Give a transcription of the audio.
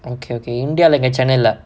okay okay india lah எங்க சென்னைல:enga chennaila